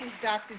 Dr